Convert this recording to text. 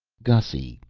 gussy,